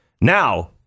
Now